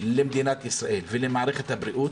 למדינת ישראל ולמערכת הבריאות.